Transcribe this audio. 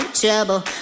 trouble